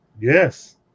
Yes